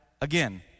again